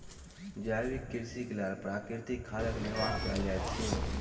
जैविक कृषिक लेल प्राकृतिक खादक निर्माण कयल जाइत अछि